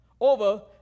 over